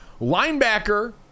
linebacker